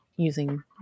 using